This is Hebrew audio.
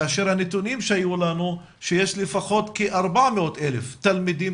כאשר הנתונים שהיו לנו שיש לפחות כ-400,000 תלמידים